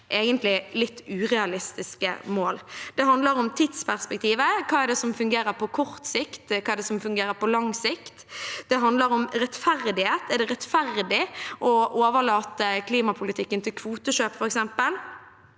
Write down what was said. egentlig litt urealistiske mål. Det handler om tidsperspektivet, hva som fungerer på kort sikt, hva som fungerer på lang sikt. Det handler om rettferdighet. Er det rettferdig å overlate klimapolitikken til kvotekjøp, f.eks.?